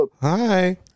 Hi